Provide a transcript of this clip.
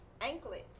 anklets